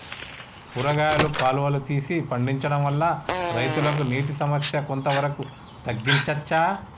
కూరగాయలు కాలువలు తీసి పండించడం వల్ల రైతులకు నీటి సమస్య కొంత వరకు తగ్గించచ్చా?